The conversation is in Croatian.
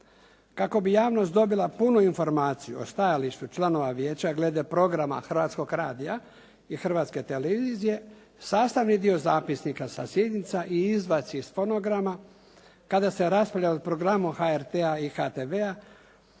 Kako bi javnost dobila punu informaciju o stajalištu članova vijeća glede programa Hrvatskog radija i Hrvatske televizije sastavni dio zapisnika sa sjednica i izvadci iz fonograma kada se raspravlja o programu HRT-a i HTV-a